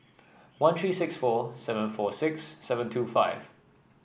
one three six four seven four six seven two five